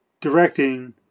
directing